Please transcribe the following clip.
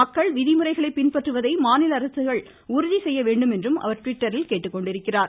மக்கள் விதிமுறைகளை பின்பற்றுவதை மாநில அரசுகள் உறுதிசெய்ய வேண்டும் என்றும் அவர் டிவிட்டரில் கேட்டுக்கொண்டிருக்கிறார்